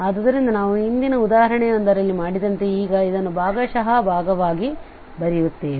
ಆದ್ದರಿಂದ ನಾವು ಹಿಂದಿನ ಉದಾಹರಣೆಯೊಂದರಲ್ಲಿ ಮಾಡಿದಂತೆ ಈಗ ಇದನ್ನು ಭಾಗಶಃ ಭಾಗವಾಗಿ ಬರೆಯುತ್ತೇವೆ